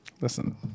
Listen